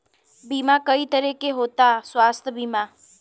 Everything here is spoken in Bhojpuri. बीमा कई तरह के होता स्वास्थ्य बीमा?